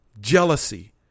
jealousy